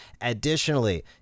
Additionally